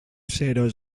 zero